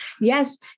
yes